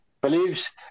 believes